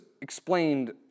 explained